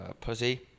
pussy